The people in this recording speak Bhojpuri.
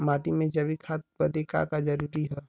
माटी में जैविक खाद बदे का का जरूरी ह?